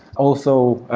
also,